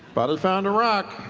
but found a rock.